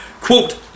quote